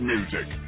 Music